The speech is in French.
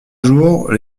jours